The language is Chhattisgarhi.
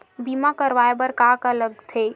बीमा करवाय बर का का लगथे?